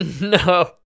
No